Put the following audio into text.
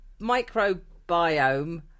microbiome